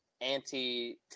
anti